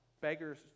beggars